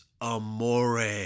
Amore